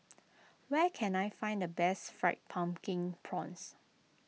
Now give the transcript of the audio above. where can I find the best Fried Pumpkin Prawns